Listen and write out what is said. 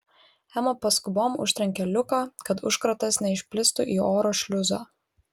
ema paskubom užtrenkė liuką kad užkratas neišplistų į oro šliuzą